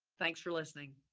thanks for listening.